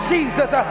Jesus